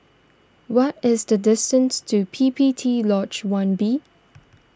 what is the distance to P P T Lodge one B